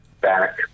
back